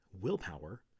willpower